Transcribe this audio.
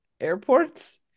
airports